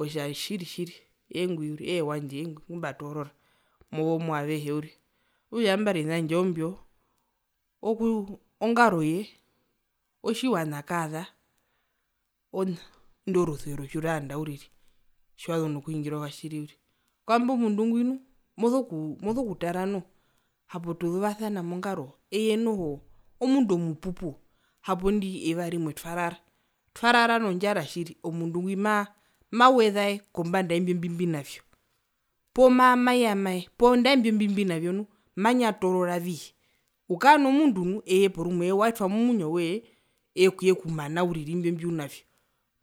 Otja tjiri tjiri eengwi uriri ee wandje engwi ongumbatoorora muwo avehe okutja ambara ovina vyandje oombio oku ongaroye otjiwana kaza ona indo rusuvero tjirwaanda uriri tjiwazu nokuhungira owatjiri tjambo mundu ngwi nu moso kutara noho hapo tuzuvasana mongaro eye noho omundu omupupu hapo inde yuva rimwe twarara twarara nondjara tjiri omundu ngwi ma mawezae kuna imbi kombanda yaimbi mbimbinavyo poo ma mayamae poo ndae imbi mbimbinavyo nu manyatororavii oukaa nomundu nu porumwe waetwa momwinyo woye eekuyekumana uriri imbi mbiunavyo